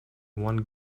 one